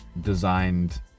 designed